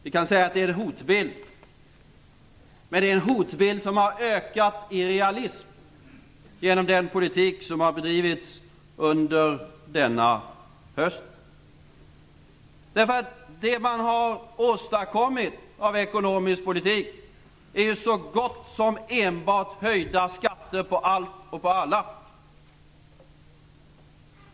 Vi kan säga att det är en hotbild, men det är en hotbild som har ökat i realism genom den politik som har bedrivits under denna höst. Vad man har åstadkommit i den ekonomiska politiken är enbart höjda skatter på som gott som allt och alla.